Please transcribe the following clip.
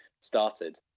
started